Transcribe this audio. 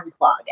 unplug